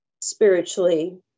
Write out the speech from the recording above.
spiritually